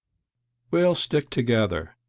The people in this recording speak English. we'll stick together,